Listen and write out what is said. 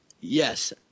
Yes